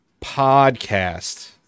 podcast